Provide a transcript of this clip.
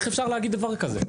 איך אפשר להגיד דבר כזה?